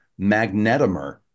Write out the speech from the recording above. magnetomer